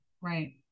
Right